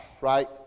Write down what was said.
right